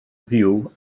fyw